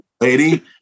lady